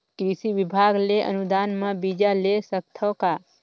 कृषि विभाग ले अनुदान म बीजा ले सकथव का?